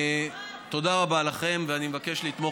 תודה רבה לכם, ואני מבקש לתמוך.